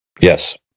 Yes